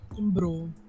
Bro